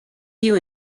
you